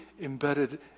embedded